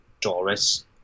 Doris